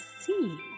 see